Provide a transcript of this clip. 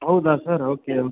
ಹೌದಾ sir okay ಒ